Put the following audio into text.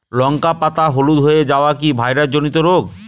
লঙ্কা পাতা হলুদ হয়ে যাওয়া কি ভাইরাস জনিত রোগ?